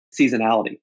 seasonality